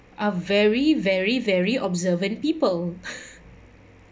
are very very very observant people